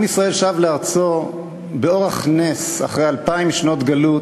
עם ישראל שב לארצו באורח נס אחרי אלפיים שנות גלות,